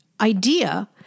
idea